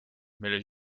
milles